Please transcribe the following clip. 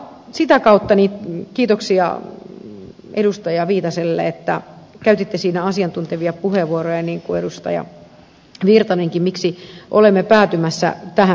sitä kautta kiitoksia edustaja viitaselle että käytitte siinä asiantuntevia puheenvuoroja niin kuin edustaja virtanenkin miksi olemme päätymässä tähän ratkaisuun